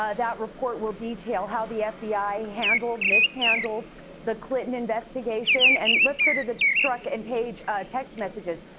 ah that report will detail how the fbi handled, mishandled the clinton investigation and let's go to the strzok and page text messages.